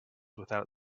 without